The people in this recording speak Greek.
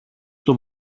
στο